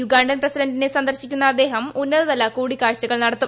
Ugandan പ്രസിഡന്റിനെ സന്ദർശിക്കുന്ന അദ്ദേഹം ഉന്നതതല കൂടിക്കാഴ്ചകൾ നടത്തും